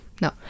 No